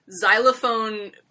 xylophone